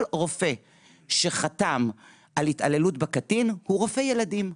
כל רופא שחתם על התעללות בקטין הוא רופא ילדים,